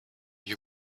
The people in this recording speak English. you